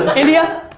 india?